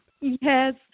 yes